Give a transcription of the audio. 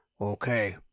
Okay